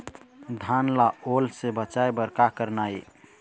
धान ला ओल से बचाए बर का करना ये?